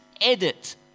edit